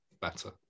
better